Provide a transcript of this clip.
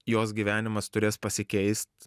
jos gyvenimas turės pasikeist